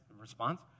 response